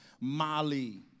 Mali